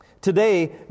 today